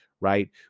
right